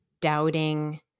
doubting